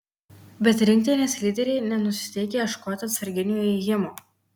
bet rinktinės lyderiai nenusiteikę ieškoti atsarginio įėjimo